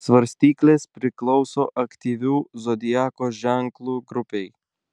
svarstyklės priklauso aktyvių zodiako ženklų grupei